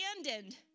abandoned